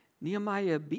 Nehemiah